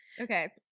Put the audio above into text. Okay